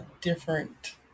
different